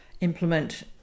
implement